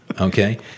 Okay